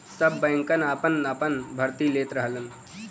सब बैंकन आपन आपन भर्ती लेत रहलन